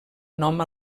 nom